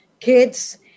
kids